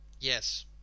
yes